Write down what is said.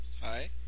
Hi